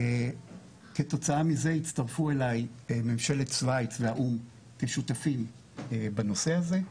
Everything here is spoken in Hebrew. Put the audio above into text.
כתוצאה מזה הצטרפו אליי ממשלת שוויץ והאו"מ כשותפים בנושא הזה.